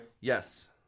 Yes